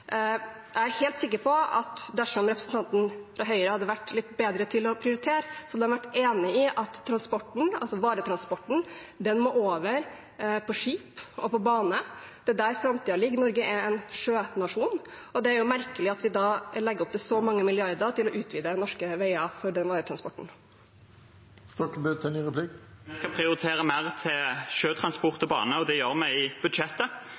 at dersom representanten fra Høyre hadde vært litt bedre til å prioritere, hadde han vært enig i at varetransporten må over på skip og bane. Det er der framtiden ligger. Norge er en sjønasjon, og da er det merkelig at vi legger opp til å bruke så mange milliarder på å utvide norske veier for varetransport. Vi skal prioritere mer til sjøtransport og bane, og det gjør vi i budsjettet.